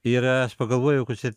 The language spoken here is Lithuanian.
ir aš pagalvojau kad čia